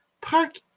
park